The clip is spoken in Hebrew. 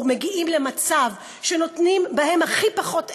מגיעים למצב שנותנים בהם הכי פחות אמון?